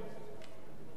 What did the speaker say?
שהאכלוס